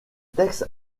textes